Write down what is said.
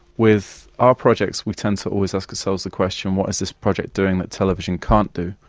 with our projects we tend to always ask ourselves the question what is this project doing that television can't do?